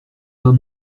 pas